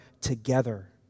together